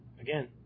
Again